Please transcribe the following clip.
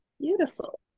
Beautiful